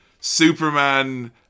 Superman